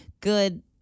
good